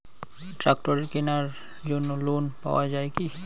ট্রাক্টরের কেনার জন্য লোন পাওয়া যায় কি?